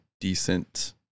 decent